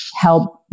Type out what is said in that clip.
help